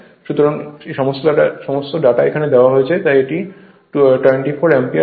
সুতরাং সমস্ত ডাটা দেওয়া আছে তাই এটি 24 অ্যাম্পিয়ার হবে